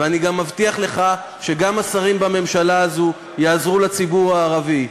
ואני גם מבטיח לך שגם השרים בממשלה הזו יעזרו לציבור הערבי.